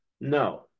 No